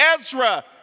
Ezra